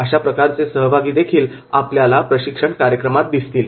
अशा प्रकारचे सहभागी देखील आपल्याला प्रशिक्षण कार्यक्रमात दिसतील